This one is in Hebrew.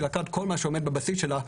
לקחת כל מה שעומד בבסיס שלה,